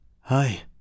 Hi